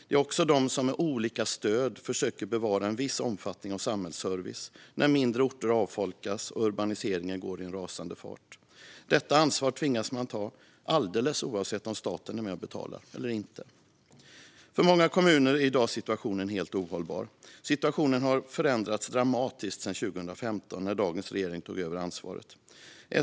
Det är också de som med olika stöd försöker bevara en viss omfattning av samhällsservice när mindre orter avfolkas och urbaniseringen går i en rasande fart. Detta ansvar tvingas man ta alldeles oavsett om staten är med och betalar eller inte. För många kommuner är i dag situationen helt ohållbar. Situationen har förändrats dramatiskt sedan 2015 då dagens regering tog över ansvaret.